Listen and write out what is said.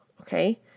Okay